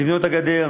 לבנות את הגדר.